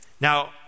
Now